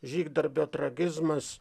žygdarbio tragizmas